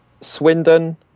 Swindon